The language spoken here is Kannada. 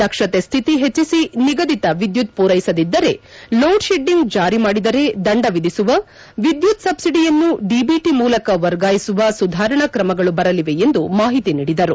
ದಕ್ಷತೆ ಸ್ಥಿತಿ ಹೆಚ್ಚಿಸಿ ನಿಗದಿತ ವಿದ್ಯುತ್ ಪೂರೈಸದಿದ್ದರೆ ಲೋಡ್ಶೆಡ್ಡಿಂಗ್ ಜಾರಿ ಮಾಡಿದರೆ ದಂಡ ವಿಧಿಸುವ ವಿದ್ಯುತ್ ಸಬ್ಲಡಿಯನ್ನು ಡಿಬಿಟಿ ಮೂಲಕ ವರ್ಗಾಯಿಸುವ ಸುಧಾರಣಾ ಕ್ರಮಗಳು ಬರಲಿದೆ ಎಂದು ಮಾಹಿತಿ ನೀಡಿದರು